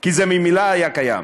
כי זה ממילא היה קיים.